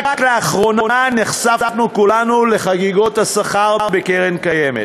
רק לאחרונה נחשפנו כולנו לחגיגות השכר בקרן קיימת: